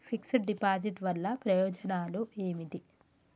Fix డ్ deposit వల్ల ప్రయోజనాలు ఏమిటి?